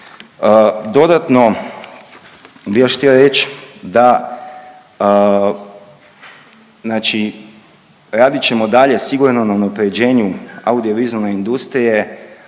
Dodatno bi još htio reć da znači radit ćemo dalje sigurno na unapređenju audiovizualne industrije.